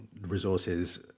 resources